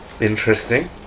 Interesting